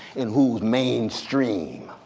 and who's mainstream?